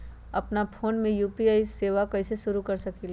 अपना फ़ोन मे यू.पी.आई सेवा कईसे शुरू कर सकीले?